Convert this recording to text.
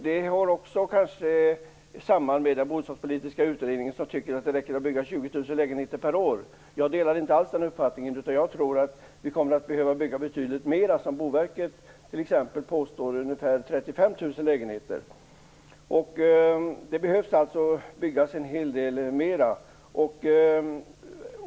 Det har kanske ett samband med Bostadspolitiska utredningen, enligt vilken det räcker att bygga 20 000 lägenheter per år. Jag delar inte alls den uppfattningen, utan jag tror att vi kommer att behöva bygga betydligt mera - ungefär 35 000 lägenheter, som bl.a. Boverket talar om.